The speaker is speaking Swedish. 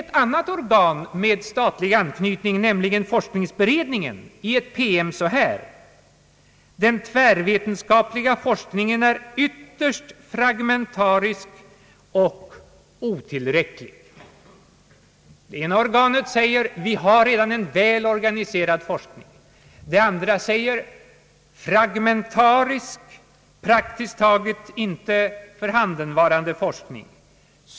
Ett annat organ med statlig anknytning, nämligen forskningsberedningen, säger i en PM att den tvärvetenskapliga forskningen är ytterst fragmentarisk och otillräcklig. Det ena organet anser således att vi redan har en väl organiserad forskning, och det andra säger att forskningen är fragmentarisk och praktiskt taget inte för handen.